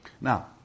Now